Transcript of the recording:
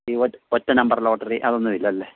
ഈ ഒറ്റ number lottery അതൊന്നും ഇല്ല അല്ലേ